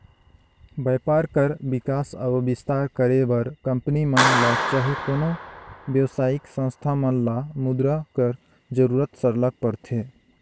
बयपार कर बिकास अउ बिस्तार करे बर कंपनी मन ल चहे कोनो बेवसायिक संस्था मन ल मुद्रा कर जरूरत सरलग परथे